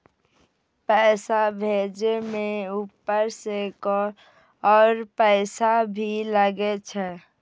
पैसा भेजे में ऊपर से और पैसा भी लगे छै?